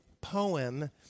poem